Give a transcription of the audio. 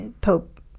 Pope